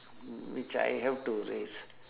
mm which I have to raise